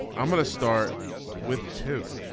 i'm going to start with two.